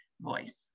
voice